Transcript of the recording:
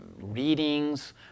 readings